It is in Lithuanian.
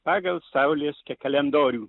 pagal saulės ke kalendorių